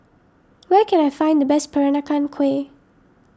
where can I find the best Peranakan Kueh